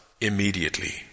immediately